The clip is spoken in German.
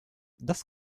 das